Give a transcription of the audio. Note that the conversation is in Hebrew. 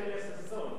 טליה ששון,